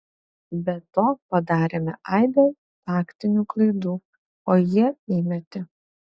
be to padarėme aibę taktinių klaidų o jie įmetė